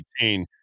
2018